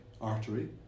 artery